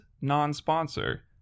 non-sponsor